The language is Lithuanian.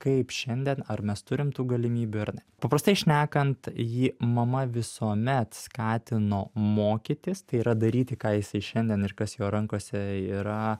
kaip šiandien ar mes turim tų galimybių ar ne paprastai šnekant jį mama visuomet skatino mokytis tai yra daryti ką jisai šiandien ir kas jo rankose yra